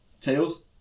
Tails